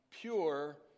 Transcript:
pure